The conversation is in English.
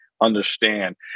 understand